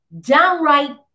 downright